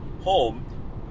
home